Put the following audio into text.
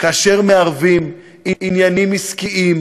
כאשר מערבים עניינים עסקיים,